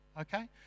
okay